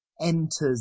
enters